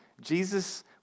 Jesus